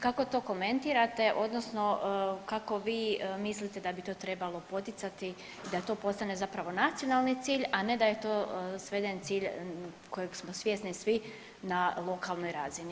Kako to komentirate odnosno kako vi mislite da bi to trebalo poticati da to postane zapravo nacionalni cilj, a ne da je to sveden cilj kojeg smo svjesni svi na lokalnoj razini?